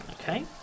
Okay